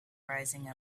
rising